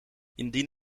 indien